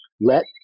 let